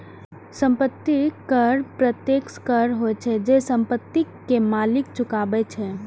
संपत्ति कर प्रत्यक्ष कर होइ छै, जे संपत्ति के मालिक चुकाबै छै